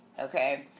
Okay